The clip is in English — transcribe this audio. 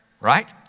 right